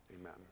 amen